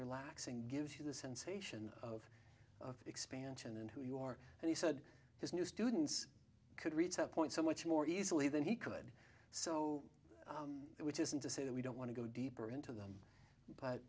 relaxing gives you the sensation of expansion in who you are and he said his new students could reach that point so much more easily than he could so which isn't to say that we don't want to go deeper into them but